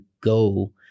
go